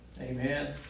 amen